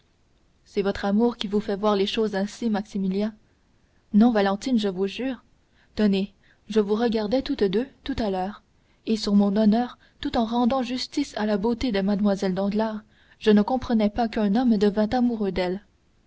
c'est votre amour qui vous fait voir les choses ainsi maximilien non valentine je vous jure tenez je vous regardais toutes deux tout à l'heure et sur mon honneur tout en rendant justice à la beauté de mlle danglars je ne comprenais pas qu'un homme devînt amoureux d'elle